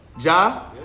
Ja